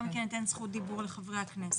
מכן אתן את זכות הדיבור לחברי הכנסת.